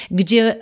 gdzie